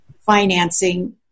financing